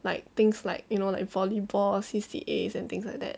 like things like you know like volleyball C_C_As and things like that